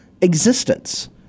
existence